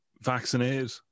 vaccinated